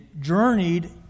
journeyed